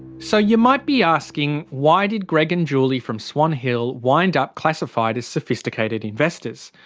so you might be asking, why did greg and julie from swan hill wind up classified as sophisticated investors?